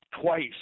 twice